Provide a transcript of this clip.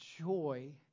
joy